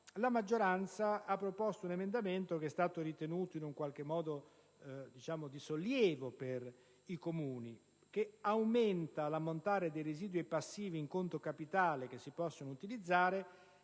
la maggioranza ha proposto alla Camera un emendamento che è stato ritenuto di sollievo per i Comuni e che aumenta l'ammontare dei residui passivi in conto capitale che si possono utilizzare.